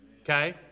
okay